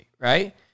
right